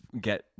get